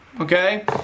Okay